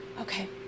Okay